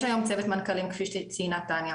יש היום צוות מנכ"לים כפי שציינה תניה,